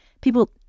people